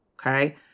Okay